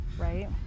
right